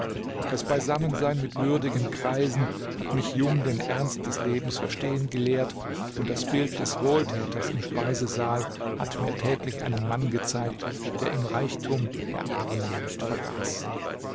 das beisammensein mit würdigen greisen hat mich jung den ernst des lebens verstehen gelehrt und das bild des wohltäters im speisesaal hat mir täglich einen mann gezeigt der im reichtum der armen nicht vergaß